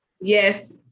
Yes